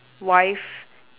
wife